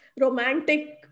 romantic